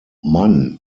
mann